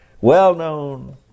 well-known